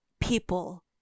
people